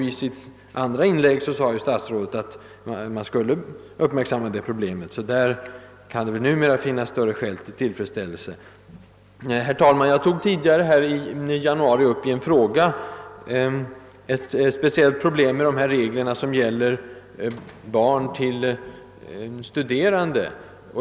I sitt andra inlägg sade statsrådet emellertid att man skulle uppmärksamma dessa problem, och man kan därför på denna punkt kanske finna större skäl till tillfredsställelse. Herr talman! Jag tog i januari i en fråga upp det speciella problem som gäller barn till studerande.